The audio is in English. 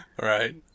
right